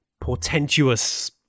portentous